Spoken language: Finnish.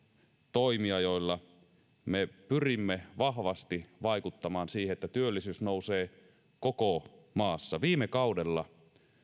toimia joilla me pyrimme vahvasti vaikuttamaan siihen että työllisyys nousee koko maassa viime kaudella